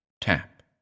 tap